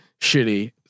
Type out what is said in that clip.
shitty